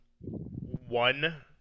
one